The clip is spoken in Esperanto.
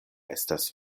estas